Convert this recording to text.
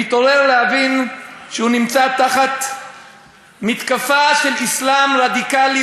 מתעורר להבין שהוא נמצא תחת מתקפה של אסלאם רדיקלי,